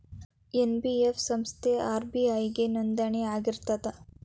NBF ಸಂಸ್ಥಾ RBI ಗೆ ನೋಂದಣಿ ಆಗಿರ್ತದಾ?